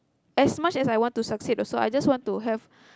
as much as I want to succeed also I just want to have